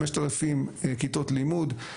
5,000 כיתות לימוד,